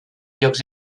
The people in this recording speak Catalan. llocs